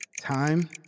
Time